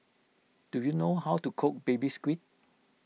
do you know how to cook Baby Squid